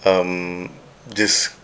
um just